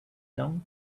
down